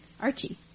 Archie